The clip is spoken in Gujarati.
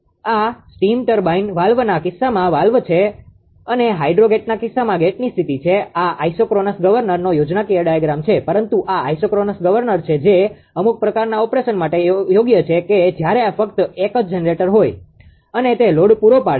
અને આ સ્ટીમ વાલ્વના કિસ્સામાં વાલ્વ છે અને હાઇડ્રોગેટના કિસ્સામાં ગેટની સ્થિતિ છે આ આઇસોક્રોનસ ગવર્નરનો યોજનાકીય ડાયાગ્રામ છે પરંતુ આ આઇસોક્રોનસ ગવર્નર છે જે અમુક પ્રકારનાં ઓપરેશન માટે યોગ્ય છે કે જ્યારે ફક્ત એક જ જનરેટર હોય અને તે લોડ પૂરો પાડે છે